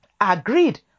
agreed